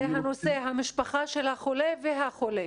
המשפחה של החולה והחולה.